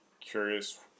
curious